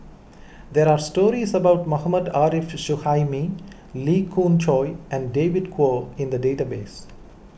there are stories about Mohammad Arif Suhaimi Lee Khoon Choy and David Kwo in the database